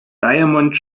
diamond